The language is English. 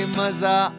maza